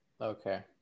okay